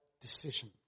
decision